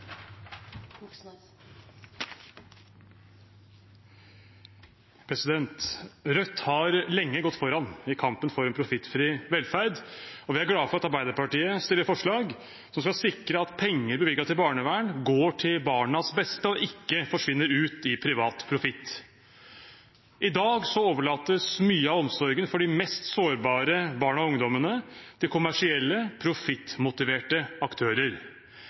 profittfri velferd, og vi er glade for at Arbeiderpartiet fremmer forslag som skal sikre at penger bevilget til barnevern går til barnas beste og ikke forsvinner ut i privat profitt. I dag overlates mye av omsorgen for de mest sårbare barna og ungdommene til kommersielle, profittmotiverte aktører.